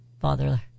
Father